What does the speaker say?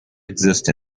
exist